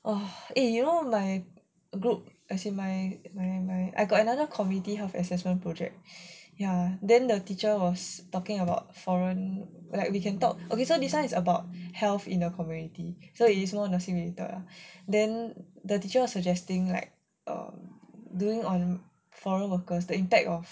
!wah! eh you know my group as in my I got another community health assessment project ya then the teacher was talking about foreign like we can talk okay so this [one] is about health in a community so it is more nursing related then the teacher was suggesting like err doing on foreign workers the impact of